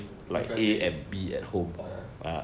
differently orh